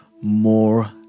more